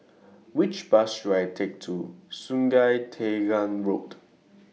Which Bus should I Take to Sungei Tengah Road